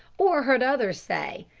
or heard others say,